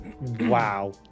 Wow